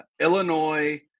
illinois